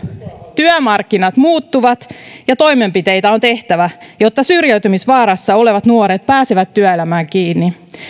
työmarkkinat muuttuvat ja toimenpiteitä on tehtävä jotta syrjäytymisvaarassa olevat nuoret pääsevät työelämään kiinni